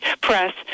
press